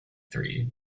three